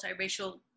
multiracial